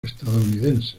estadounidenses